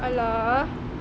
!alah!